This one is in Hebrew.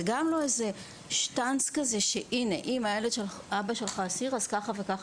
זה גם לא שטאנץ שאם האבא שלך אסיר אז כך וכך.